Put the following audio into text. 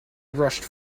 rushed